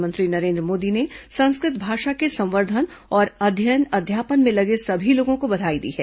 प्रधानमंत्री नरेन्द्र मोदी ने संस्कृत भाषा के संवर्धन और अध्ययन अध्यापन में लगे सभी लोगों को बधाई दी है